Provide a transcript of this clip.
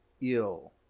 ill